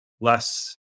less